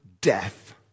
death